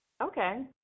Okay